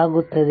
ಆಗುತ್ತದೆ